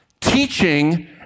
Teaching